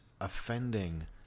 offending